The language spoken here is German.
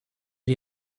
wir